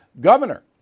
governor